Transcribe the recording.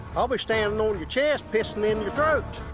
i'll be standing on your chest pissing in your throat.